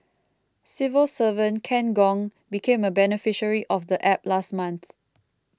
civil servant Ken Gong became a beneficiary of the App last month